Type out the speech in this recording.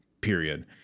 period